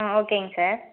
ஆ ஓகேங்க சார்